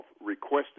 requested